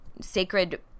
sacred